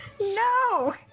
No